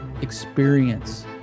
experience